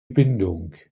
bindung